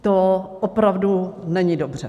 To opravdu není dobře.